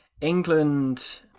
england